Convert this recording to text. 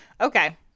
Okay